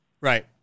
Right